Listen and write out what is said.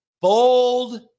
Bold